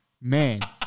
man